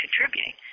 contributing